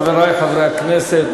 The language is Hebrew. חברי חברי הכנסת,